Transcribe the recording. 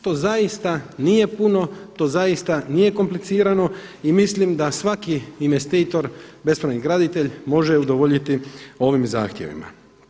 To zaista nije puno, to zaista nije komplicirano i mislim da svaki investitor, bespravni graditelj može udovoljiti ovim zahtjevima.